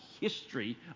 history